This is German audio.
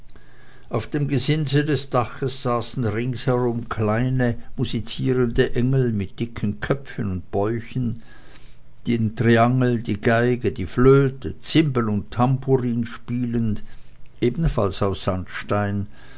auf dem gesimse des daches saßen ringsherum kleine musizierende engel mit dicken köpfen und bäuchen den triangel die geige die flöte zimbel und tamburin spielend ebenfalls aus sandstein